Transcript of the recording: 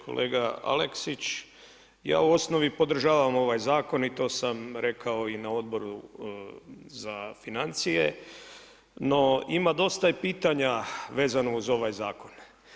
Kolega Aleksić, ja u osnovi podržavam ovaj zakon i to sam rekao i na Odboru za financije, no ima dosta i pitanja vezano uz ovaj zakon.